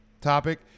topic